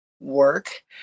work